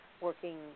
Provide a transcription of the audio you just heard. working